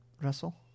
russell